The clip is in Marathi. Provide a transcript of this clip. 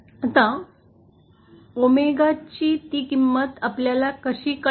आता ओमेगाची ती किंमत आपल्याला कशी कळेल